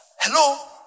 Hello